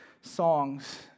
songs